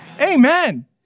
Amen